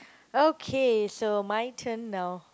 okay so my turn now